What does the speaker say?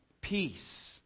Peace